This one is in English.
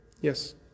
Yes